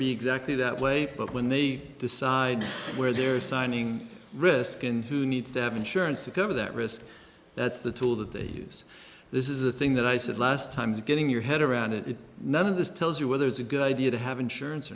be exactly that way but when they decide where they're signing riskin who needs to have insurance to cover that risk that's the tool that they use this is the thing that i said last time is getting your head around it none of this tells you whether it's a good idea to have insurance